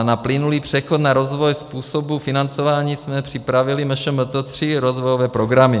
Na plynulý přechod na rozvoj způsobu financování jsme připravili MŠMT tři rozvojové programy.